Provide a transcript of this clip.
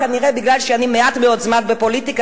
כנראה משום שאני מעט מאוד זמן בפוליטיקה